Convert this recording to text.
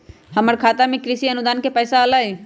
हमर खाता में कृषि अनुदान के पैसा अलई?